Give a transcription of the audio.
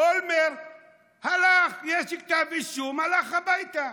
אולמרט הלך, יש כתב אישום, הלך הביתה.